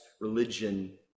religion